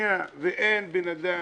ואין בן אדם,